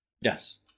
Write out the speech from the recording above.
Yes